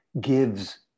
gives